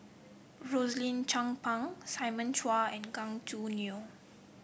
Rosaline Chan Pang Simon Chua and Gan Choo Neo